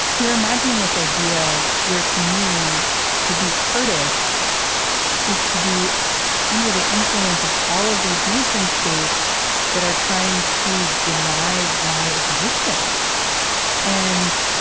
you're imagining this idea where to me to be kurdish is to be under the influence of all of these nation states that are trying to deny my existence and